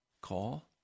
call